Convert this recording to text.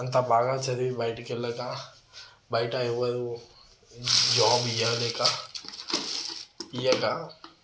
అంత బాగా చదివి బయటకి వెళ్ళక బయట ఎవరూ జాబ్ ఇవ్వలేక ఇవ్వక